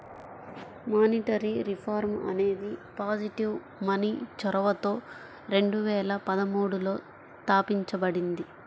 monetary reform అనేది positive money చొరవతో రెండు వేల పదమూడులో తాపించబడింది